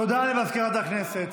תודה למזכירת הכנסת.